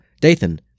Dathan